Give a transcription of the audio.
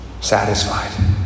satisfied